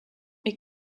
est